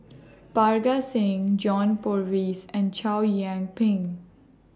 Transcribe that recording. Parga Singh John Purvis and Chow Yian Ping